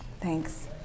Thanks